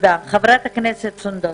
חברת הכנסת סונדוס.